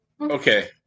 okay